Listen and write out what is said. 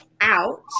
out